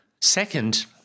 Second